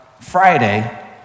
Friday